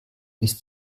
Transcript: bis